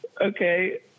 Okay